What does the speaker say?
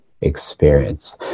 experience